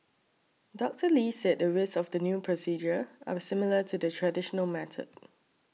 Doctor Lee said the risks of the new procedure are similar to the traditional method